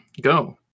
go